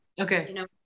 Okay